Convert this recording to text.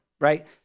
right